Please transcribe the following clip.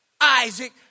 Isaac